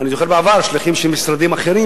אני זוכר בעבר שליחים של משרדים אחרים,